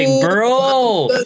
bro